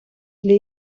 для